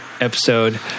episode